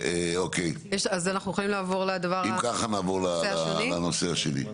אוקיי, אם ככה נעבור לנושא השני.